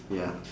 ya